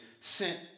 sent